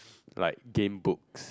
like Gamebooks